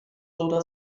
oder